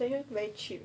ya it's very cheap